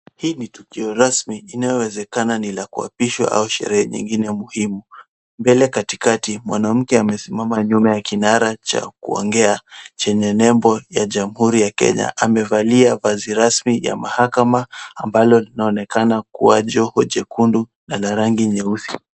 Hii ni tukio rasmi inayowezekana ni la kuapishwa au sherehe nyingine muhimu. Mbele katikati, mwanamke amesimama nyuma ya kinara cha kuongea, chenye nembo ya jamhuri ya Kenya. Amevalia vazi rasmi ya mahakama ambalo linaonekana kuwa joho jekundu na la rangi nyeusi.